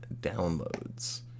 downloads